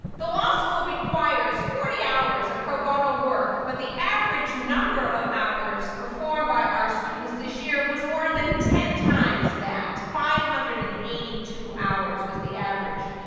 the law school requires forty hours of pro bono work, but the average number of hours performed by our students this year was more than ten times that, five hundred and eighty two hours was the average.